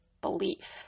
belief